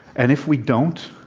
and if we don't,